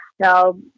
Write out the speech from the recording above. Now